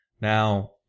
Now